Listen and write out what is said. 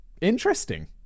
interesting